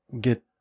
get